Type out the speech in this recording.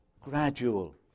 gradual